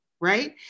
right